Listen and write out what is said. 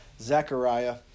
Zechariah